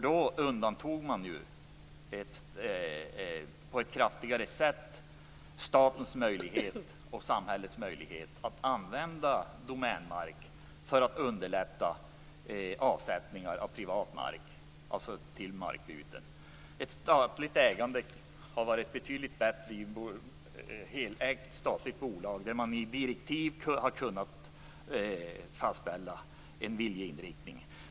Då minskade man på ett kraftigare sätt statens och samhällets möjlighet att använda Domänmark för att underlätta avsättningar av privat mark, dvs. till markbyten. Ett statligt ägande hade varit betydligt bättre. I ett helägt statligt bolag hade man i direktiv kunnat fastställa en viljeinriktning.